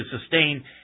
sustain